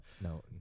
No